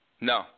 No